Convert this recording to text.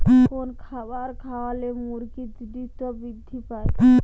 কোন খাবার খাওয়ালে মুরগি দ্রুত বৃদ্ধি পায়?